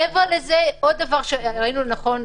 ארבעה חודשים.